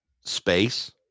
Space